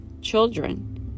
children